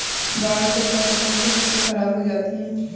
बाढ़ से कौन कौन सी फसल खराब हो जाती है?